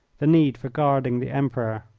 the need for guarding the emperor.